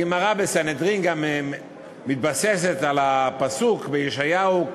הגמרא בסנהדרין גם מתבססת על הפסוק בישעיהו,